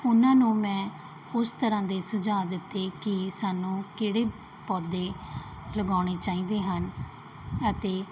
ਉਹਨਾਂ ਨੂੰ ਮੈਂ ਉਸ ਤਰ੍ਹਾਂ ਦੇ ਸੁਝਾਅ ਦਿੱਤੇ ਕਿ ਸਾਨੂੰ ਕਿਹੜੇ ਪੌਦੇ ਲਗਾਉਣੇ ਚਾਹੀਦੇ ਹਨ ਅਤੇ